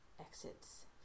exits